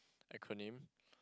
acronym